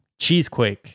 Cheesequake